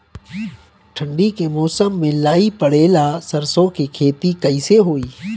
ठंडी के मौसम में लाई पड़े ला सरसो के खेती कइसे होई?